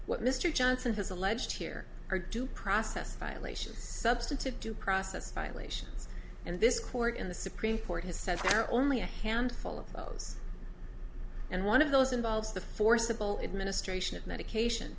what mr johnson has alleged here are due process violations substantive due process violations and this court in the supreme court has said there are only a handful of those and one of those involves the forcible administration of medication